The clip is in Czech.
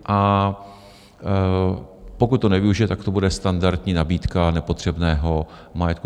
A pokud to nevyužije, tak to bude standardní nabídka nepotřebného majetku.